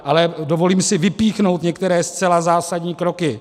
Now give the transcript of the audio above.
Ale dovolím si vypíchnout některé zcela zásadní kroky.